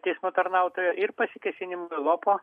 teismo tarnautoją ir pasikėsinimui į lopo